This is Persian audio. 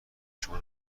شما